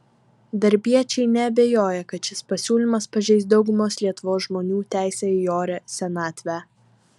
darbiečiai neabejoja kad šis pasiūlymas pažeis daugumos lietuvos žmonių teisę į orią senatvę